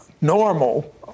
normal